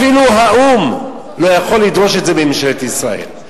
אפילו האו"ם לא יכול לדרוש את זה מממשלת ישראל.